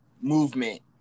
movement